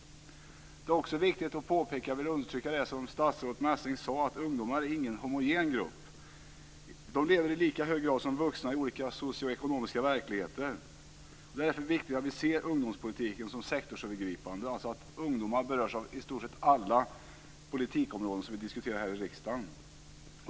Det är också viktig att understryka det som statsrådet Messing sade, att ungdomar inte är någon homogen grupp. De lever i lika hög grad som vuxna i olika socioekonomiska verkligheter. Det är därför viktigt att vi ser ungdomspolitiken som sektorsövergripande, dvs. att ungdomar berörs av i stort sett alla politikområden som vi diskuterar här i kammaren.